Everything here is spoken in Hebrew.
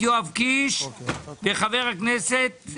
הצעתם של חברי הכנסת יואב קיש וחנוך דב מלביצקי,